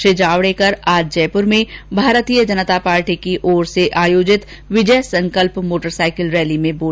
श्री जावडेकर आज जयपुर में भारतीय जनता पार्टी की ओर से विजय संकल्प मोटर साइकिल रैली में बोल रहे थे